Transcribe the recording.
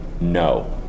no